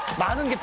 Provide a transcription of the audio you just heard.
madam